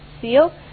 seal